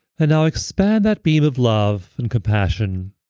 and now expand that beam of love and compassion